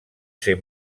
ser